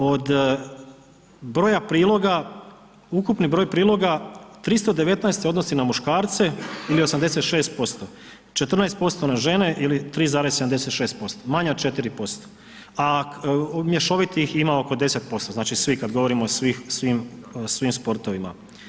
Od broja priloga, ukupni broj priloga, 319 se odnosi na muškarce ili 86%, 14% na žene ili 3,76%, manje od 4%, a mješovitih ima oko 10%, znači svi, kad govorimo o svim sportovima.